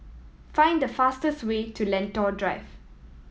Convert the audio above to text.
find the fastest way to Lentor Drive